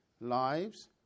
lives